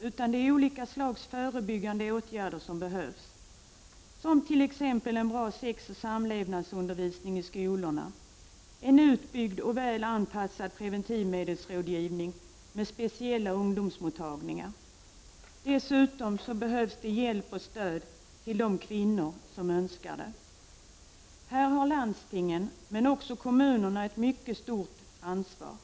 utan det är olika slags förebyggande åtgärder som behöver vidtas. Dit hör exempelvis en bra sexoch samlevnadsundervisning i skolorna samt en utbyggd och väl anpassad preventivmedelsrådgivning med speciella ungdomsmottagningar. Dessutom behövs hjälp och stöd till de kvinnor som önskar det. Här har landstingen men också kommunerna ett stort ansvar.